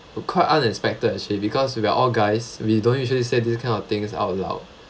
quite unexpected actually because we are all guys we don't usually say this kind of things out loud